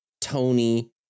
tony